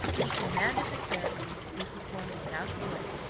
he commanded the ceremony to be performed without delay,